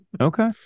okay